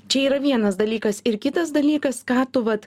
čia yra vienas dalykas ir kitas dalykas ką tu vat